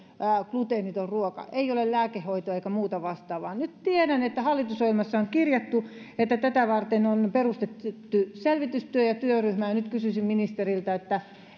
gluteeniton ruoka ei ole lääkehoitoa eikä muuta vastaavaa nyt tiedän että hallitusohjelmaan on kirjattu että tätä varten on perustettu selvitystyöryhmä ja nyt kysyisin ministeriltä